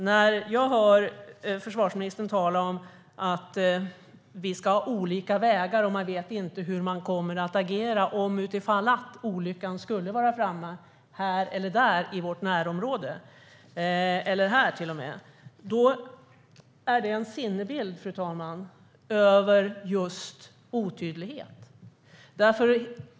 När jag hör försvarsministern tala om att vi ska ha olika vägar och att man inte vet hur man kommer att agera om olyckan skulle vara framme i vårt närområde eller här, till och med, är det en sinnebild för just otydlighet.